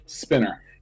Spinner